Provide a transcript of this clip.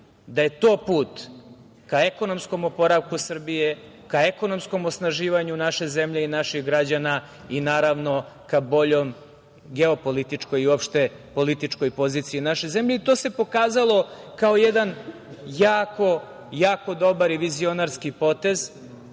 da je to put ka ekonomskom oporavku Srbije, ka ekonomskom osnaživanju naše zemlje i naših građana i naravno ka boljoj geopolitičkoj i opšte političkoj poziciji naše zemlje. To se pokazalo kao jedan jako, jako dobar vizionarski potez